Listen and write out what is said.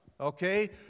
okay